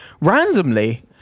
randomly